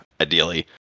ideally